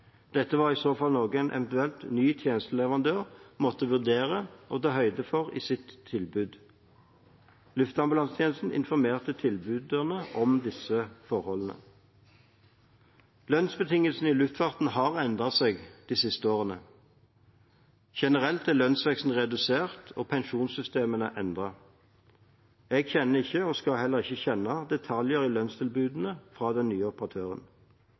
Dette var i så fall noe en eventuell ny tjenesteleverandør måtte vurdere å ta høyde for i sitt tilbud. Luftambulansetjenesten informerte tilbyderne om disse forholdene. Lønnsbetingelsene i luftfarten har endret seg de siste årene. Generelt er lønnsveksten redusert og pensjonssystemene endret. Jeg kjenner ikke og skal heller ikke kjenne detaljene i lønnstilbudene fra den nye operatøren.